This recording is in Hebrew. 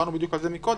דיברנו על זה קודם.